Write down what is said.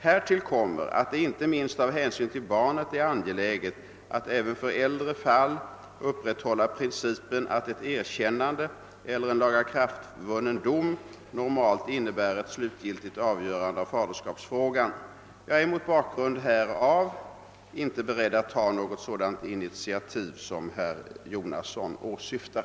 Härtill kommer att det inte minst av hänsyn till barnet är angeläget att även för äldre fall upprätthålla principen att ett erkännande eller en lagakraftvunnen dom normalt innebär ett slutgiltigt avgörande av faderskapsfrågan. Jag är mot bakgrund härav inte beredd att ta något sådant initiativ som herr Jonasson åsyftar.